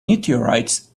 meteorites